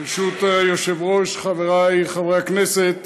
ברשות היושב-ראש, חברי חברי הכנסת,